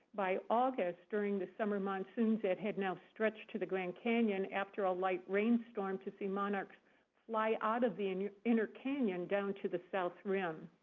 by august during the summer monsoons that had now stretched to the grand canyon after a light rainstorm, to see monarchs fly out of the and inner canyon down to the south rim.